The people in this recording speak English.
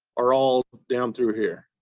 are all down through here.